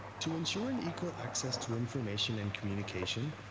to ensure and equal access to information and communication,